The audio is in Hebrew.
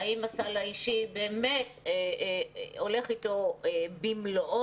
האם הסל האישי באמת הולך אתו במלואו?